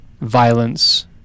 violence